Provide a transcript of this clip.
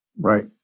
Right